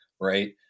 right